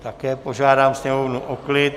Také požádám sněmovnu o klid.